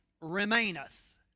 remaineth